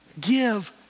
Give